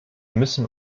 müssen